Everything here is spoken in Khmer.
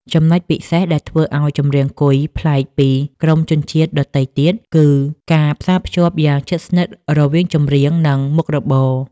ចំណុចពិសេសដែលធ្វើឲ្យចម្រៀងគុយប្លែកពីក្រុមជនជាតិដទៃទៀត គឺការផ្សារភ្ជាប់យ៉ាងជិតស្និទ្ធរវាង ចម្រៀង និង មុខរបរ ។